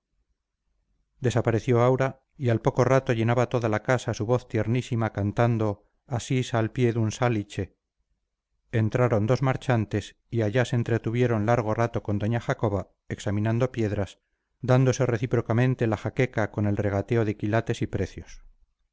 desapareció aura y al poco rato llenaba toda la casa su voz tiernísima cantando assisa al pie d'un salice entraron dos marchantes y allá se entretuvieron largo rato con doña jacoba examinando piedras dándose recíprocamente la jaqueca con el regateo de quilates y precios